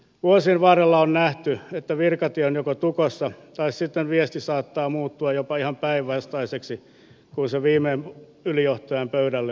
vuosien varrella on nähty että joko virkatie on tukossa tai sitten viesti saattaa muuttua jopa ihan päinvastaiseksi kun se viimein ylijohtajan pöydälle on päätynyt